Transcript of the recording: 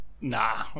nah